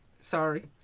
Sorry